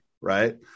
right